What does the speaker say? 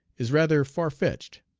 is rather farfetched.